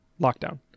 lockdown